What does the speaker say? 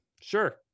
sure